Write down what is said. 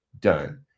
Done